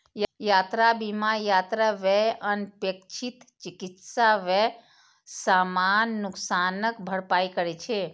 यात्रा बीमा यात्रा व्यय, अनपेक्षित चिकित्सा व्यय, सामान नुकसानक भरपाई करै छै